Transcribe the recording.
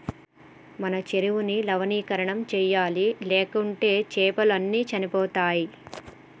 మన చెరువుని లవణీకరణ చేయాలి, లేకుంటే చాపలు అన్ని చనిపోతయ్